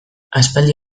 aspaldi